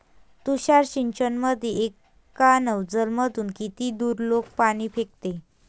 तुषार सिंचनमंदी एका नोजल मधून किती दुरलोक पाणी फेकते?